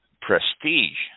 Prestige